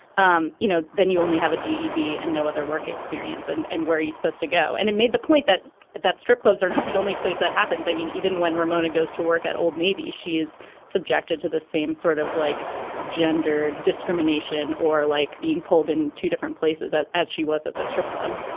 um you know then you only have a gtd and no other work experience and and where are you supposed to go. and it made the point that at that strip clubs are not the only place that happens i mean even when ramona goes to work at old navy she is subjected to the same sort of like gendered discrimination or like being pulled in two different places as she was at the strip club.